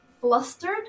flustered